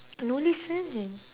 no listen